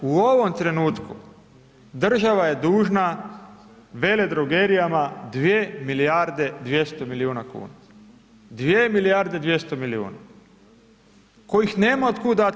U ovom trenutku država je dužna Veledrogerijama 2 milijarde 200 milijuna kuna, 2 milijarde 200 milijuna, kojih nema otkud dati.